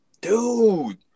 Dude